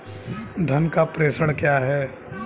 धन का प्रेषण क्या है?